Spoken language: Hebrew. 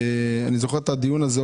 אני זוכר את הדיון הזה,